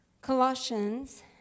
Colossians